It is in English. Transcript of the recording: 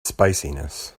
spiciness